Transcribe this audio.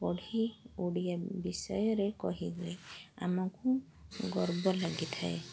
ପଢ଼ି ଓଡ଼ିଆ ବିଷୟରେ କହିଲେ ଆମକୁ ଗର୍ବ ଲାଗିଥାଏ